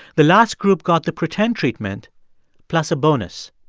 the last group got the pretend treatment plus a bonus.